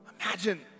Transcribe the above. imagine